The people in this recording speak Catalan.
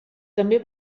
també